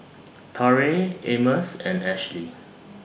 Torrey Amos and Ashlie